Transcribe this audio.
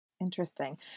Interesting